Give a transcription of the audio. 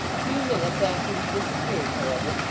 a few minutes after he disappeared, however,